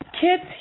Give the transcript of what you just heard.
Kids